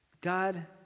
God